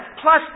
Plus